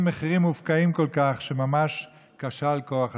מחירים מופקעים כל כך שממש כשל כוח הסבל.